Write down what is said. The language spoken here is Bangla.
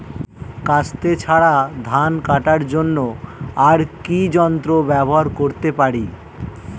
কাস্তে ছাড়া ধান কাটার জন্য আর কি যন্ত্র ব্যবহার করতে পারি?